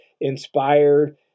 inspired